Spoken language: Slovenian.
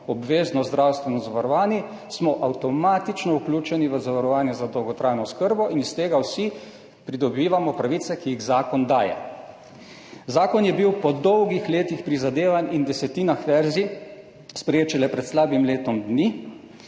obvezno zdravstveno zavarovani, avtomatično vključeni v zavarovanje za dolgotrajno oskrbo in na podlagi tega zakona vsi pridobivamo pravice, ki jih zakon daje. Zakon je bil po dolgih letih prizadevanj in desetinah verzij sprejet šele pred slabim letom dni.